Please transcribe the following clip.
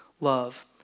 love